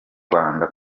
rwanda